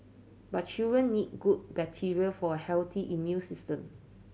but children need good bacteria for a healthy immune system